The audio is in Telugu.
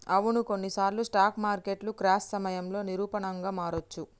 అవును కొన్నిసార్లు స్టాక్ మార్కెట్లు క్రాష్ సమయంలో నిరూపమానంగా మారొచ్చు